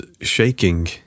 shaking